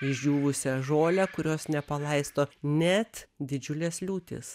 išdžiūvusią žolę kurios nepaleisto net didžiulės liūtys